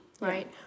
right